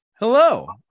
Hello